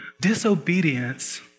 disobedience